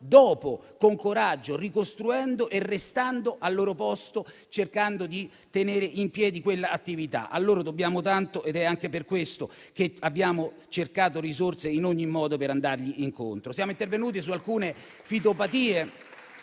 dopo, con coraggio, ricostruendo e restando al loro posto, cercando di tenere in piedi quell'attività. A loro dobbiamo tanto ed è anche per questo che abbiamo cercato risorse in ogni modo, per andar loro incontro. Siamo intervenuti su alcune fitopatie